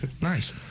nice